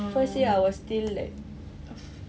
first year I was still like af~